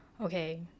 okay